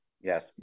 Yes